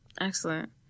Excellent